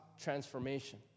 transformation